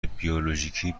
بیولوژیکی